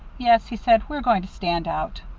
yes, he said. we're going to stand out.